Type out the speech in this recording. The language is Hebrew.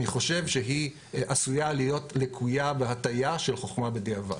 אני חושב שהיא עשויה להיות לקויה בהטעיה של חוכמה בדיעבד.